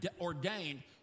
ordained